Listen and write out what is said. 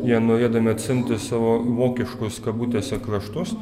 jie norėdami atsiimti savo vokiškus kabutėse kraštus